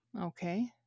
Okay